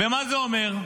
ומה זה אומר?